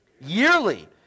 Yearly